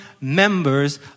members